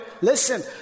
listen